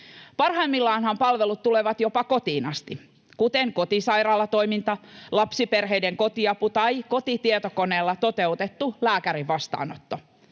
Parhaimmillaanhan palvelut tulevat jopa kotiin asti, kuten kotisairaalatoiminta, lapsiperheiden kotiapu tai kotitietokoneella toteutettu lääkärin vastaanotto.